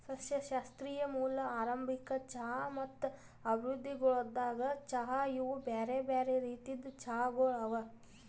ಸಸ್ಯಶಾಸ್ತ್ರೀಯ ಮೂಲ, ಆರಂಭಿಕ ಚಹಾ ಮತ್ತ ಅಭಿವೃದ್ಧಿಗೊಳ್ದ ಚಹಾ ಇವು ಬ್ಯಾರೆ ಬ್ಯಾರೆ ರೀತಿದ್ ಚಹಾಗೊಳ್ ಅವಾ